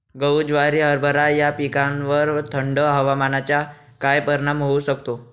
गहू, ज्वारी, हरभरा या पिकांवर थंड हवामानाचा काय परिणाम होऊ शकतो?